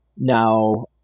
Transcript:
Now